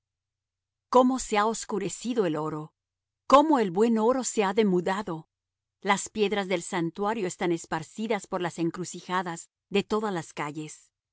como se ha oscurecido el oro cómo el buen oro se ha demudado las piedras del santuario están esparcidas por las encrucijadas de todas las calles